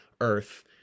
Earth